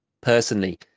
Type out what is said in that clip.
personally